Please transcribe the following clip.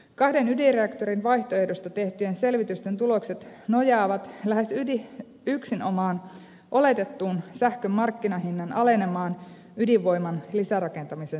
kahden ydinreaktorin vaihtoehdosta tehtyjen selvitysten tulokset nojaavat lähes yksinomaan oletettuun sähkön markkinahinnan alenemaan ydinvoiman lisärakentamisen seurauksena